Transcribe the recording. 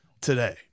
today